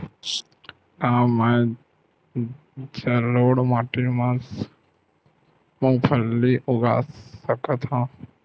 का मैं जलोढ़ माटी म मूंगफली उगा सकत हंव?